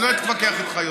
אני לא אתווכח איתך יותר.